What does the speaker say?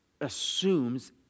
assumes